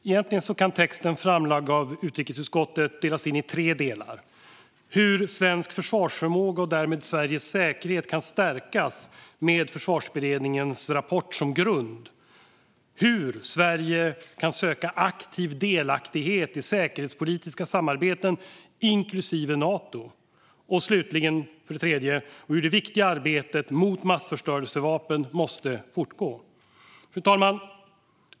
Egentligen kan texten framlagd av utrikesutskottet delas in i tre delar: Hur svensk försvarsförmåga och därmed Sveriges säkerhet kan stärkas med Försvarsberedningens rapport som grund, hur Sverige kan söka aktiv delaktighet i säkerhetspolitiska samarbeten, inklusive Nato, och slutligen hur det viktiga arbetet mot massförstörelsevapen måste fortgå. Fru talman!